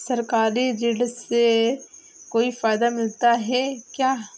सरकारी ऋण से कोई फायदा मिलता है क्या?